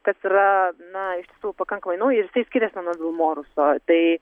kas yra na iš tiesų pakankamai ir jisai skiriasi nuo vilmorus o tai